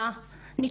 ר' חו' אלמ"ב,